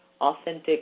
authentic